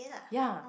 ya